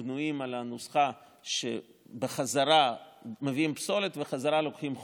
בנויים על הנוסחה שמביאים פסולת ובחזרה לוקחים חול,